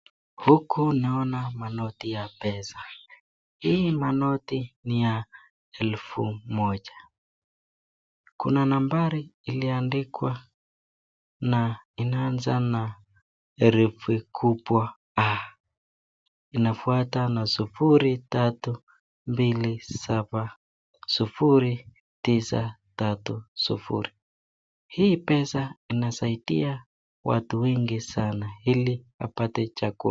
Huku naoni manoti ya pesa. Hii manoti ni ya elfu moja. Kuna nambari iliyoandikwa na inaanza na herufi kubwa inafuata na sufuri, tatu, mbili, saba, sufuri, tisa, tatu, sufuri. Hii pesa inasaidia watu wengi sana ili wapate chakula.